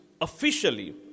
officially